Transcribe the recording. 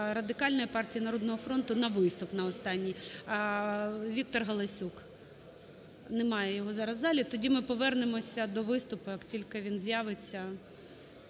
Радикальної партії і "Народного фронту" – на виступ, на останній. Віктор Галасюк? Немає його зараз в залі. Тоді ми повернемось до виступу, як тільки він з'явиться,